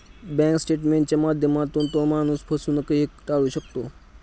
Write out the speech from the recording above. bank स्टेटमेंटच्या माध्यमातून तो माणूस फसवणूकही टाळू शकतो